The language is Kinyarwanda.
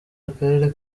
akarere